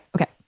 okay